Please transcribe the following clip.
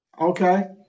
Okay